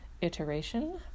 iteration